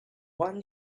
one